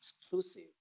exclusive